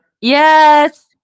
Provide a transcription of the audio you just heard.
Yes